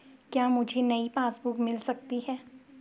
क्या मुझे नयी पासबुक बुक मिल सकती है?